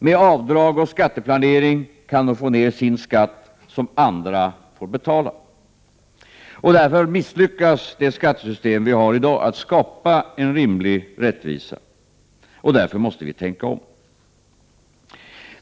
Med avdrag och skatteplanering kan de få ned sin skatt, som andra måste betala. Därför misslyckas det skattesystem som vi har i dag att skapa en rimlig rättvisa. Därför måste vi tänka om.